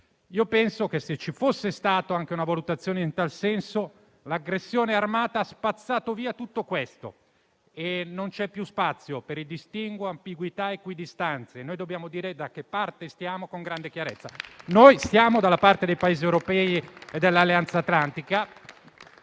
Io penso che, se ci fosse stata anche una valutazione in tal senso, l'aggressione armata ha spazzato via tutto questo e non c'è più spazio per distinguo, ambiguità o equidistanze: noi dobbiamo dire da che parte stiamo con grande chiarezza. Noi stiamo dalla parte dei Paesi europei e dell'Alleanza atlantica.